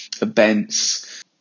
events